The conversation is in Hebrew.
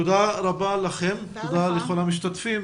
תודה רבה לכם ולכל המשתתפים,